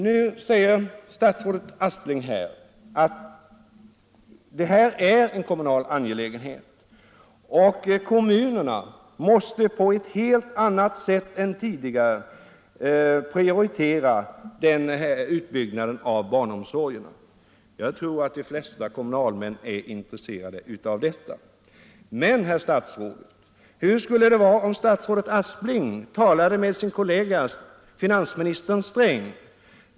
Nu säger statsrådet Aspling att det här är en kommunal angelägenhet och att kommunerna på ett helt annat sätt än tidigare måste prioritera utbyggnaden av barnomsorgerna. Jag tror att de flesta kommunalmän är intresserade av detta. Men hur skulle det vara om statsrådet Aspling talade med sin kollega finansminister Sträng?